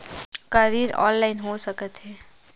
का ऋण ऑनलाइन हो सकत हे?